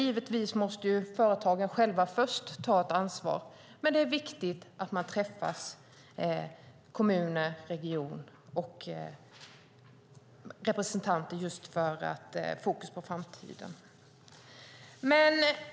Givetvis måste företagen själva först ta ett ansvar, men det är viktigt att representanter för kommuner och region träffas med fokus på framtiden.